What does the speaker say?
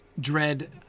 Dread